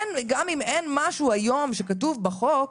גם אם אין משהו היום שכתוב בחוק,